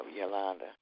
Yolanda